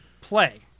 play